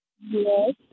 Yes